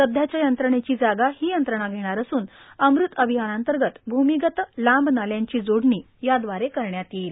सध्याच्या यंत्रणेची जागा ही यंत्रणा घेणार असून अमृत अभियानांतर्गत भूमीगत लांब नाल्यांची जोडणी यादवारे करण्यात येईल